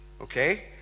Okay